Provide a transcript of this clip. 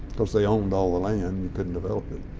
course they owned all the land. you couldn't develop it.